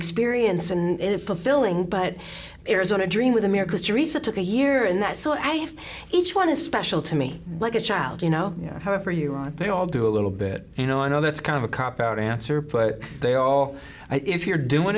experience and fulfilling but arizona dream with america's teresa took a year and that so i have each one is special to me like a child you know however you want they all do a little bit you know i know that's kind of a cop out answer but they all if you're doing